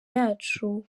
yacu